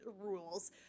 rules